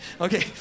Okay